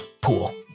pool